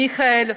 למיכאל,